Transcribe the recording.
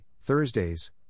Thursdays